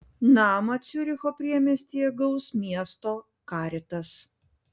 namą ciuricho priemiestyje gaus miesto caritas